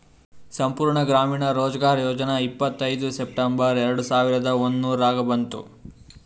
ಸಂಪೂರ್ಣ ಗ್ರಾಮೀಣ ರೋಜ್ಗಾರ್ ಯೋಜನಾ ಇಪ್ಪತ್ಐಯ್ದ ಸೆಪ್ಟೆಂಬರ್ ಎರೆಡ ಸಾವಿರದ ಒಂದುರ್ನಾಗ ಬಂತು